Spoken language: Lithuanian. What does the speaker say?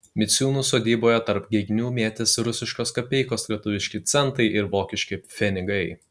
miciūnų sodyboje tarp gegnių mėtėsi rusiškos kapeikos lietuviški centai ir vokiški pfenigai